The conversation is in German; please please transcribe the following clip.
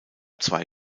zwei